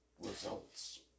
results